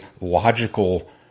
logical